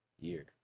year